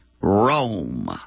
Rome